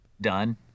done